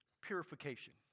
purification